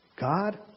God